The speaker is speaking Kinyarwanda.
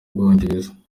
bwongereza